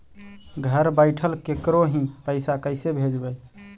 घर बैठल केकरो ही पैसा कैसे भेजबइ?